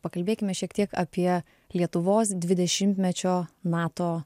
pakalbėkime šiek tiek apie lietuvos dvidešimtmečio nato